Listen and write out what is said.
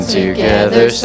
together